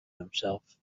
himself